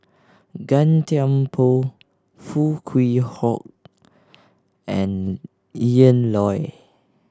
Gan Thiam Poh Foo Kwee Horng and Ian Loy